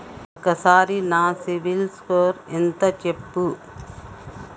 ఒక్కసారి నా CIBIL score ఎంత చెప్పు?